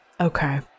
okay